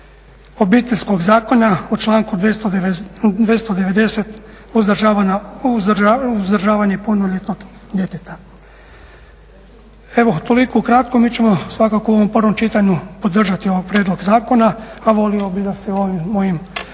Obiteljskog zakona u članku 290. Uzdržavanje punoljetnog djeteta. Evo toliko ukratko. Mi ćemo svakako u ovom prvom čitanju podržati ovaj prijedlog zakona, a volio bih da se o ovim mojim